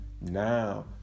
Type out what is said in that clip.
now